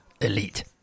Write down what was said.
elite